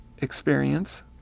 experience